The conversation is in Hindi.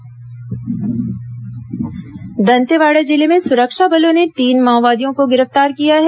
माओवादी गिरफ्तार दंतेवाड़ा जिले में सुरक्षा बलों ने तीन माओवादियों को गिरफ्तार किया है